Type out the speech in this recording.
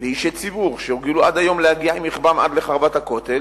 ואישי ציבור שהורגלו עד היום להגיע עם רכבם עד לרחבת הכותל,